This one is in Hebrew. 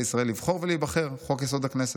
ישראל לבחור ולהיבחר (חוק-יסוד: הכנסת).